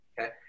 Okay